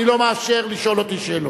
אני לא מאפשר לשאול אותי שאלות.